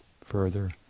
further